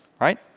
right